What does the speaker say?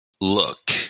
look